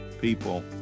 people